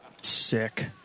Sick